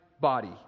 body